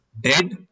dead